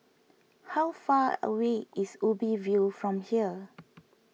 how far away is Ubi View from here